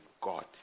God